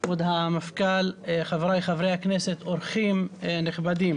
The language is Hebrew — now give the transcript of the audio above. כבוד המפכ"ל, חבריי חברי הכנסת, אורחים נכבדים.